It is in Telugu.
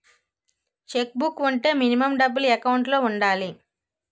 చెక్ బుక్ వుంటే మినిమం డబ్బులు ఎకౌంట్ లో ఉండాలి?